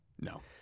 No